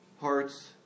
hearts